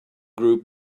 group